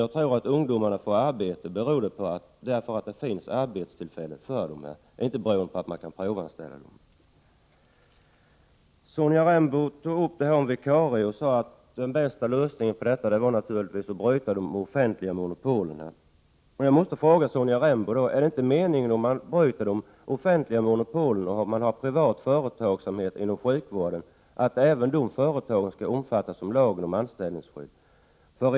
Jag tror att om ungdomarna får arbete så beror det på att det finns arbetstillfällen för dem och inte på att de kan provanställas. Sonja Rembo tog upp problemet med vikarier. Hon sade att den bästa lösningen på detta problem naturligtvis är att bryta de offentliga monopolen. Jag måste då fråga Sonja Rembo: Om man bryter de offentliga monopolen och i stället inför privat företagsamhet inom sjukvården, är det då inte meningen att berörda privata företag skall omfattas av lagen om anställningsskydd?